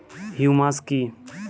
Humus কি?